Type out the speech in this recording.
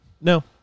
No